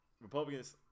republicans